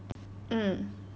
mm